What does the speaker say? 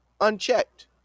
unchecked